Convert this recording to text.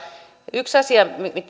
yksi asia